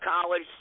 College